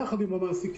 יחד עם המעסיקים,